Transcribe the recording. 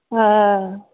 ह